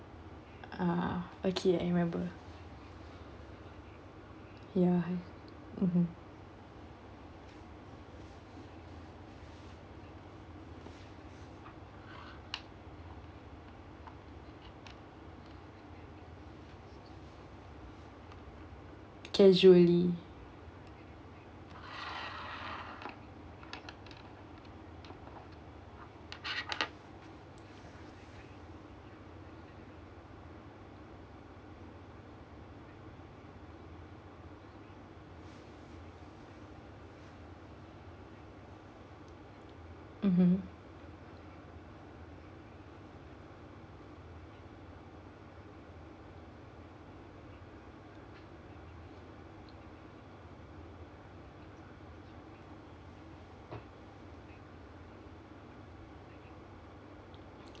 uh okay I remember ya I mmhmm casually mmhmm